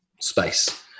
space